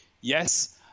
yes